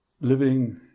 Living